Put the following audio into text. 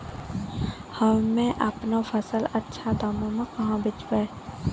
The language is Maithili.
हम्मे आपनौ फसल अच्छा दामों मे कहाँ बेचबै?